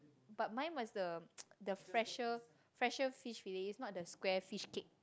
but mine was the the fresher fresher fish fillet is not the square fishcake